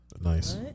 Nice